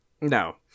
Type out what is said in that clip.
no